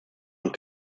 und